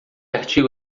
artigo